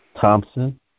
Thompson